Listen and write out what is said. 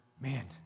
man